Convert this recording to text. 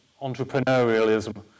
entrepreneurialism